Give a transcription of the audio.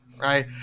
Right